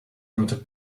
oriented